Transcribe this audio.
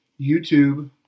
YouTube